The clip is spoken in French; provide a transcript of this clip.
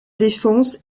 défense